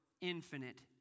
infinite